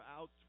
out